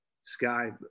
sky